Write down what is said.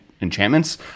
enchantments